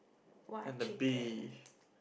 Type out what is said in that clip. what chicken